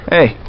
Hey